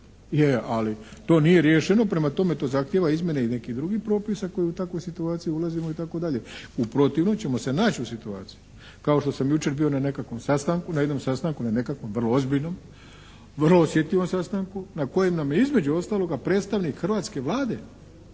Je, ali to nije riješeno, prema tome to zahtijeva i izmjene i nekih drugih propisa koji u takvoj situaciji ulazimo itd. U protivnom ćemo se naći u situaciji, kao što sam jučer bio na nekakvom sastanku, na jednom sastanku ne nekakvom, vrlo ozbiljnom, vrlo osjetljivom sastanku na kojem nam je između ostaloga predstavnik hrvatske Vlade